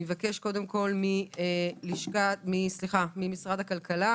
אני מבקשת ממשרד הכלכלה